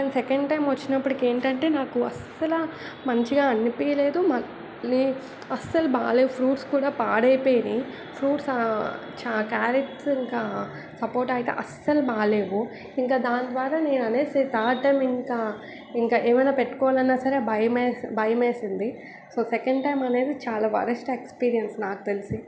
కానీ second time వచ్చినప్పటికి ఏంటంటే నాకు అసలు మంచిగా అనిపించలేదు మళ్ళీ అసలు బాగలేవు ఫ్రూట్స్ కూడా పాడైపోయినాయి ఫ్రూట్స్ చా క్యారెట్స్ ఇంకా సపోటా అయితే అసలు బాగలేవు ఇంకా దాని ద్వారా నేను అనేది థర్డ్ టైం ఇంకా ఇంకా ఏమన్న పెట్టుకోవాలన్న సరే భయం వేసి భయం వేసింది సో సెకండ్ టైం అనేది చాలా వరస్ట్ ఎక్స్పీరియన్స్ నాకు తెలిసి